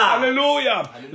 Hallelujah